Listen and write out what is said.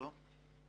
לא?